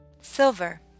Silver